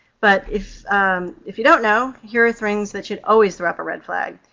but if if you don't know, here are things that should always throw up a red flag.